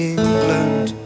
England